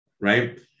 right